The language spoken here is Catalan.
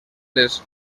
les